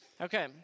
Okay